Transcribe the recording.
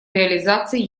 реализации